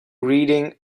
reading